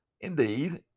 Indeed